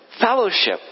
fellowship